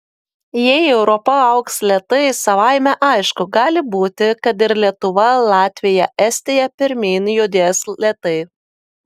jei europa augs lėtai savaime aišku gali būti kad ir lietuva latvija estija pirmyn judės lėtai